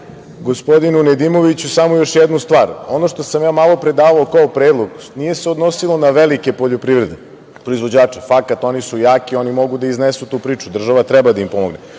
Trivana. Gospodinu Nedimoviću, samo još jednu stvar, ono što sam ja malo pre davao kao predlog nije se odnosilo na velike poljoprivredne proizvođače, fakat, oni su jaki, oni mogu da iznesu tu priču, država treba da im pomogne,